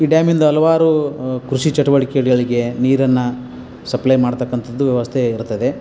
ಈ ಡ್ಯಾಮಿಂದ ಹಲವಾರು ಕೃಷಿ ಚಟುವಟಿಕೆಗಳಿಗೆ ನೀರನ್ನು ಸಪ್ಲೈ ಮಾಡತಕ್ಕಂಥದ್ದು ವ್ಯವಸ್ಥೆ ಇರ್ತದೆ